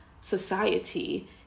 society